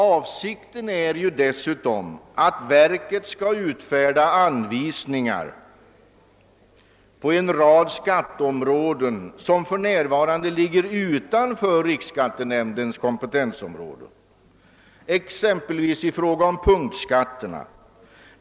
Avsikten är dessutom att verket skall utfärda anvisningar på en rad skatteområden, som för närvarande ligger utanför riksskattenämndens kompetensområde, exempelvis i fråga om punktskatterna.